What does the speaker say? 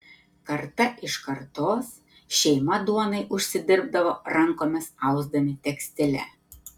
karta iš kartos šeima duonai užsidirbdavo rankomis ausdami tekstilę